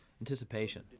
anticipation